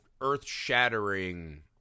earth-shattering